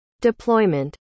Deployment